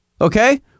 Okay